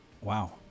Wow